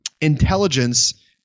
intelligence